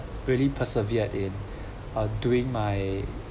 pretty persevered in uh doing my